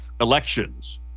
elections